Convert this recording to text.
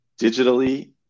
digitally